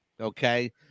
okay